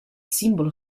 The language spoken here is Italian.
simbolo